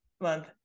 month